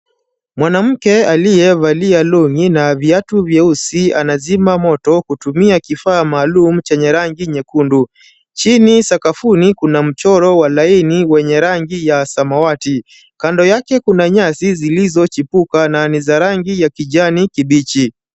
Mwanamke aliyevalia long'i na viatu vyeusi anazima moto kutumia kifaa maalum chenye rangi nyekundu. Chini sakafuni kuna mchoro wa laini wenye rangi ya samawati. Kando yake kuna nyasi zilizochipuka na ni za rangi ya kijani kibichi